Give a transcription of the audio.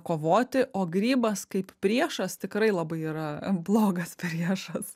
kovoti o grybas kaip priešas tikrai labai yra blogas priešas